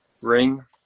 Ring